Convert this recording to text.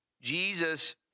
Jesus